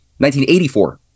1984